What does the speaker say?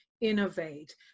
innovate